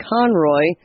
Conroy